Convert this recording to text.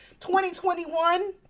2021